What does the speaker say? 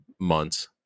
months